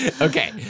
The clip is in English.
Okay